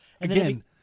Again